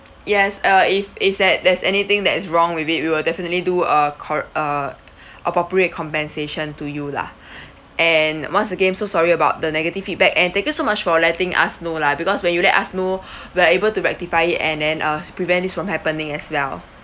yes uh if is that there's anything that is wrong with it we will definitely do a corre~ uh appropriate compensation to you lah and once again so sorry about the negative feedback and thank you so much for letting us know lah because when you let us know we are able to rectify it and then uh prevent this from happening as well